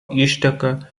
išteka